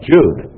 Jude